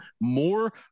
more